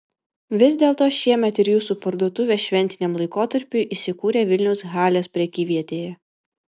vis dėlto šiemet ir jūsų parduotuvė šventiniam laikotarpiui įsikūrė vilniaus halės prekyvietėje